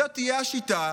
זו תהיה השיטה,